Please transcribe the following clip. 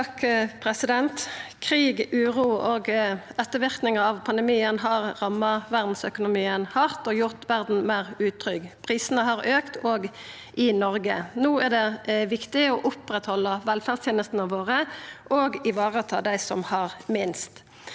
Toppe Krig, uro og et- terverknadar av pandemien har ramma verdsøkonomien hardt og gjort verda meir utrygg. Prisane har auka òg i Noreg. No er det viktig å oppretthalda velferdstenestene våre og vareta dei som har minst.